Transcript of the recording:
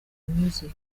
music